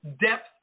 depth